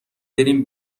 بریم